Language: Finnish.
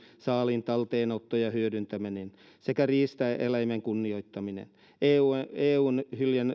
saaliin talteenotto ja hyödyntäminen sekä riistaeläimen kunnioittaminen eun eun